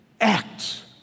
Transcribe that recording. acts